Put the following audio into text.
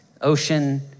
ocean